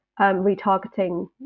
retargeting